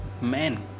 man